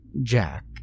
Jack